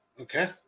Okay